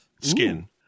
skin